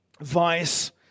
vice